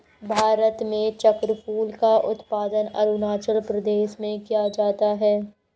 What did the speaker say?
भारत में चक्रफूल का उत्पादन अरूणाचल प्रदेश में किया जाता है